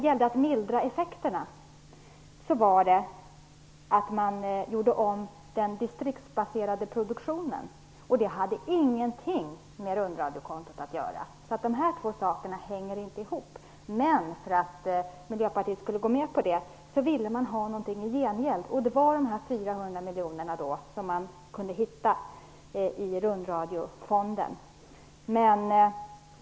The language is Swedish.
Mildrandet av effekterna bestod av en omläggning av den distriktsbaserade produktionen, och den hade ingenting med rundradiokontot att göra. De här två sakerna hänger inte ihop. För att Miljöpartiet skulle gå med på det ville man ha någonting i gengäld. Det var dessa 400 miljoner som man kunde hitta i Rundradiofonden.